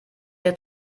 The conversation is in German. der